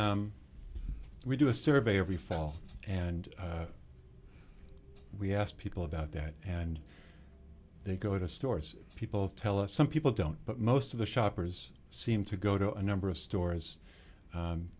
do a survey every fall and we asked people about that and they go to stores people tell us some people don't but most of the shoppers seem to go to a number of stores